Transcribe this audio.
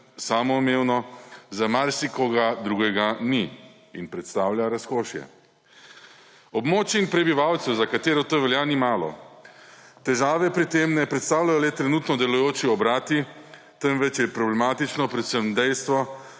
samoumevno, za marsikoga drugega ni in predstavlja razkošje. Območij in prebivalcev, za katere to velja, ni malo. Težav pri tem ne predstavljajo le trenutno delujoči obrati, temveč je problematično predvsem dejstvo,